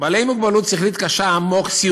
בעלי מוגבלות שכלית קשה/עמוק/סיעודיים,